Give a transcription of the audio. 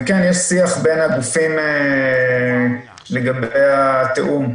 וכן יש שיח בין הגופים לגבי התיאום.